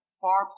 far